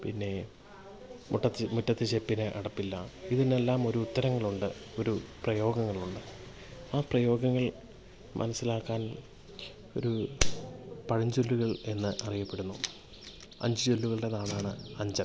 പിന്നേ മുട്ടത്തി മുറ്റത്തെ ചെപ്പിന് അടപ്പില്ല ഇതിനെല്ലാം ഒരു ഉത്തരങ്ങളുണ്ട് ഒരു പ്രയോഗങ്ങളുണ്ട് ആ പ്രയോഗങ്ങൾ മനസ്സിലാക്കാൻ ഒരു പഴഞ്ചൊല്ലുകൾ എന്ന് അറിയപ്പെടുന്നു അഞ്ച് ഷെല്ലുകളുടെ നാടാണ് അഞ്ചൽ